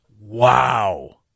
Wow